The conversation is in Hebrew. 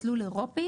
מסלול אירופי